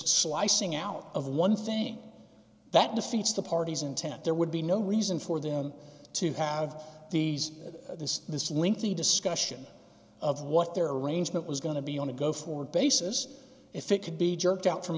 slicing out of one thing that defeats the party's intent there would be no reason for them to have these this this lengthy discussion of what their arrangement was going to be on a go forward basis if it could be jerked out from